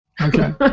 Okay